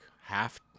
half